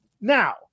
now